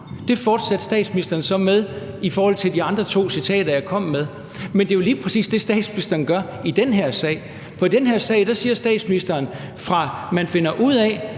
det fortsatte statsministeren så med i forhold til de to andre citater, jeg kom med – men det er jo lige præcis det, statsministeren gør i den her sag. For i den her sag siger statsministeren, fra man finder ud af,